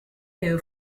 new